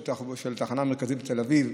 של התחנה המרכזית בתל אביב,